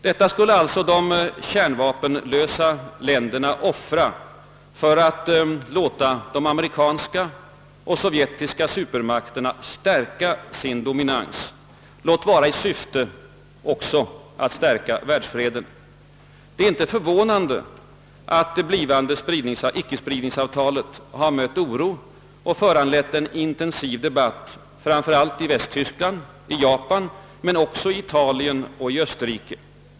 Detta skulle alltså de kärnvapenlösa länderna offra för att låta de amerikanska och sovjetiska supermakterna stärka sin dominans, låt vara i syfte att också stärka världsfreden. Det är inte förvånande att det blivande ickespridningsavtalet mötts av oro - och föranlett en intensiv debatt framför allt i Västtyskland och Japan men också i Italien och Österrike.